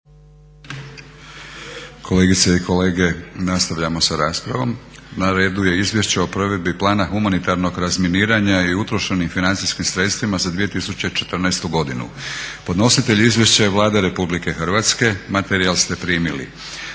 Kolegice i kolege, nastavljamo sa raspravom. Na redu je: - Izvješće o provedbi Plana humanitarnog razminiranja i utrošenim financijskim sredstvima za 2014.godinu. Podnositelj izvješća je Vlada RH. Materijal ste primili.